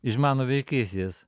iž mano vaikystės